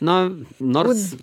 na nors